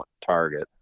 target